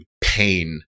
Pain